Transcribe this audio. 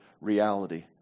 reality